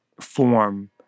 form